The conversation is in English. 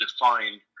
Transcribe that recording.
defined